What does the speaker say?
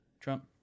Trump